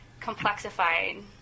complexified